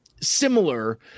similar